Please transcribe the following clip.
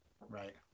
Right